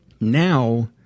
now